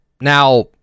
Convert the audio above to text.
Now